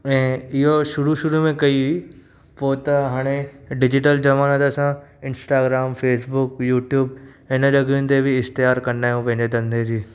ऐं इहो शुरू शुरू में कई हुई पोइ त हाणे डिजिटल ज़माने ते असां इंस्टाग्राम फेसबुक यूट्यूब हिन जॻहयुनि ते बि इश्तिहार कंदा आहियूं पंहिंजे धंधे जी